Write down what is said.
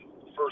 first